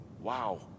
Wow